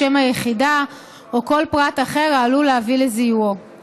שם היחידה או כל פרט אחר העלול להביא לזיהויו.